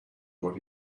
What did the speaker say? what